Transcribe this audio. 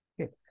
Okay